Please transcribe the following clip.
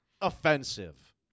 offensive